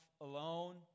alone